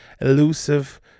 elusive